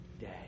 day